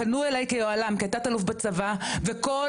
פנו אליי כיוהל"ם כתת אלוף בצבא וכל